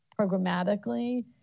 programmatically